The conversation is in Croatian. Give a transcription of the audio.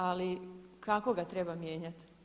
Ali kako ga treba mijenjati?